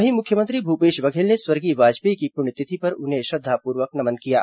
वहीं मुख्यमंत्री भूपेश बघेल ने स्वर्गीय वाजपेयी की पुण्यतिथि पर उन्हें श्रद्वापूर्वक नमन किया है